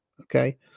okay